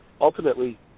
ultimately